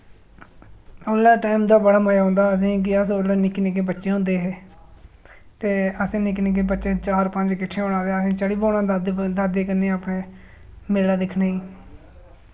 उसलै टाइम दा बड़ा मजा औंदा हा असें कि अस उसलै निक्के निक्के बच्चे होंदे हे ते असें निक्के निक्के बच्चे चार पंज किट्ठे होना ते असें चली पौना दादे प दादे कन्नै अपने मेला दिक्खने ई